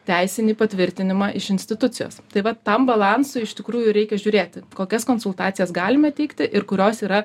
teisinį patvirtinimą iš institucijos tai vat tam balansui iš tikrųjų reikia žiūrėti kokias konsultacijas galime teikti ir kurios yra